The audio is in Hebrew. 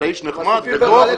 אתה איש נחמד וטוב.